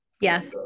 Yes